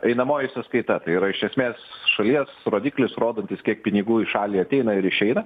einamoji sąskaita tai yra iš esmės šalies rodiklis rodantis kiek pinigų į šalį ateina ir išeina